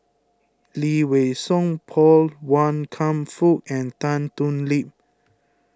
Lee Wei Song Paul Wan Kam Fook and Tan Thoon Lip